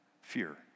Fear